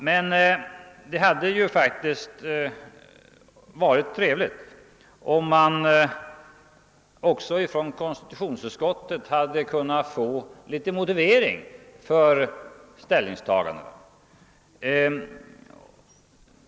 Men det hade faktiskt varit trevligt, om vi från konstitutionsutskottet hade kunnat få någon liten motivering för ställningstagandena.